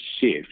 shift